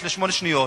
יש לי שמונה שניות,